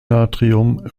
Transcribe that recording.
natrium